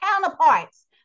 counterparts